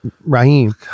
Raheem